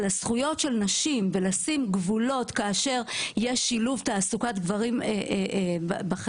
הזכויות של נשים ולשים גבולות כאשר יש שילוב תעסוקת גברים בחברה,